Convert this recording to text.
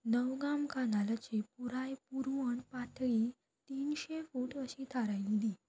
नवगाम कानालाची पुराय पुरवण पातळी तिनशे फूट अशी थारायिल्ली